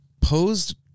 posed